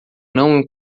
não